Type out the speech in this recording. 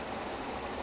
ya